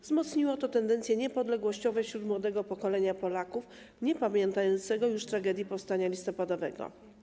Wzmocniło to tendencje niepodległościowe wśród młodego pokolenia Polaków, niepamiętającego już tragedii powstania listopadowego.